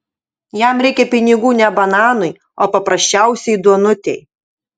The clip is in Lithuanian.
jam reikia pinigų ne bananui o paprasčiausiai duonutei